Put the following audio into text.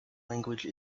language